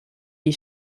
die